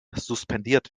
suspendiert